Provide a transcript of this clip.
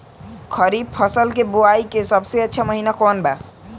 खरीफ फसल के बोआई के सबसे अच्छा महिना कौन बा?